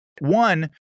one